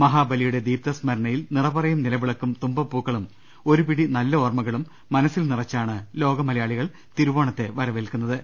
മഹാബലിയുടെ ദീപ്തസ്മരണയിൽ നിറപറയും നില വിളക്കും തുമ്പപ്പൂക്കളും ഒരുപിടി നല്ല ഓർമകളും മനസ്സിൽ നിറച്ചാണ് ലോകമലയാളികൾ തിരുവോണത്തെ വരവേൽക്കു ന്നത്